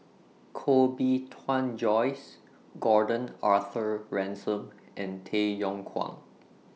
Koh Bee Tuan Joyce Gordon Arthur Ransome and Tay Yong Kwang